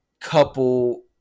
couple